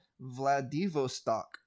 vladivostok